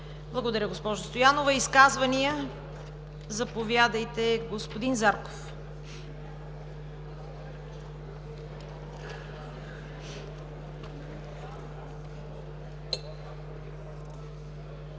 Благодаря, госпожо Стоянова. Изказвания? Заповядайте, господин Зарков.